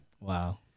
Wow